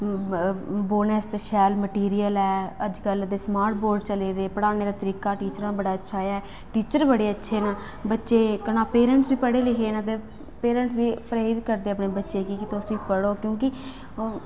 बौह्ने आस्तै शैल मटीरियल ऐ अजकल ते स्मार्ट बोर्ड चले दे पढ़ाने दा तरीक टीचरें दा बड़ा अच्छा ऐ टीचर बड़े अच्छे न बच्चे कन्नै पेरेंट्स बी पढ़े लिखे दे न ते पेरेंट बी प्रेरत करदे अपने बच्चें गी कि तुस बी पढ़ो क्योंकि हू'न